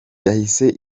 yahise